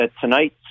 tonight